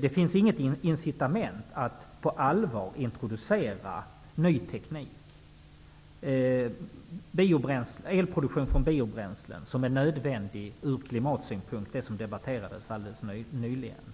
Det finns inget incitament till att på allvar introducera ny teknik för t.ex. elproduktion från biobränslen, vilket är nödvändigt ur klimatsynpunkt. Det debatterades alldeles nyligen.